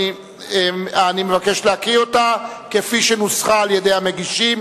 אני מבקש להקריא אותה כפי שנוסחה על-ידי המגישים: